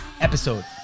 episode